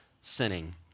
sinning